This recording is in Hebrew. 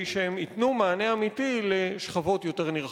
שהם ייתנו מענה אמיתי לשכבות יותר נרחבות?